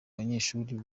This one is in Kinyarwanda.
banyeshuri